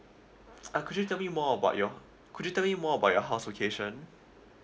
uh could you tell me more about your could you tell me more about your house location